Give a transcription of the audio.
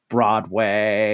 Broadway